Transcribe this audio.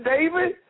David